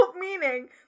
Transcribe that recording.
meaning